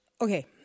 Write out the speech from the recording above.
Okay